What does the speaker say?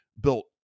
built